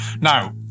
Now